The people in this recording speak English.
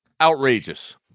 Outrageous